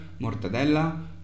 mortadella